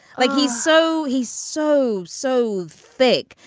like he's so he's so, so thick.